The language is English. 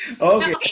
okay